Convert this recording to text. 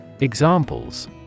Examples